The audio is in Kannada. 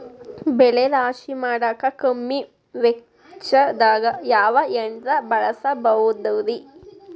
ಬೆಳೆ ರಾಶಿ ಮಾಡಾಕ ಕಮ್ಮಿ ವೆಚ್ಚದಾಗ ಯಾವ ಯಂತ್ರ ಬಳಸಬಹುದುರೇ?